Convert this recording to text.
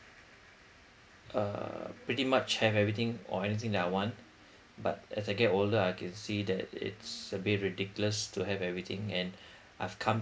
uh pretty much have everything or anything that I want but as I get older I can see that it's a bit ridiculous to have everything and I've come